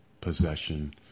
possession